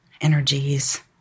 energies